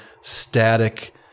static